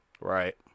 Right